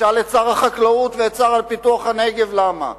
תשאל את שר החקלאות ואת השר לפיתוח הנגב למה.